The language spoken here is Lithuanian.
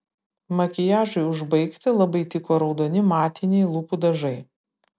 makiažui užbaigti labai tiko raudoni matiniai lūpų dažai